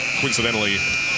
coincidentally